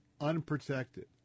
unprotected